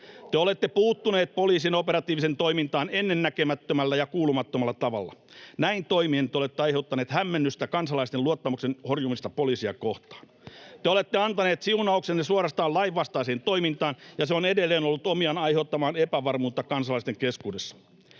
Te olette puuttuneet poliisin operatiiviseen toimintaan ennennäkemättömällä ja ‑kuulumattomalla tavalla. Näin toimien te olette aiheuttaneet hämmennystä ja kansalaisten luottamuksen horjumista poliisia kohtaan. Te olette antaneet siunauksenne suorastaan lainvastaiseen toimintaan, ja se on edelleen ollut omiaan aiheuttamaan epävarmuutta kansalaisten keskuudessa.